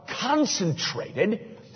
concentrated